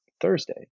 Thursday